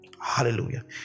Hallelujah